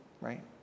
right